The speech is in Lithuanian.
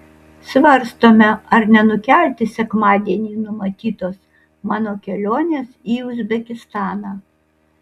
svarstome ar nenukelti sekmadienį numatytos mano kelionės į uzbekistaną